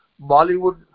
Bollywood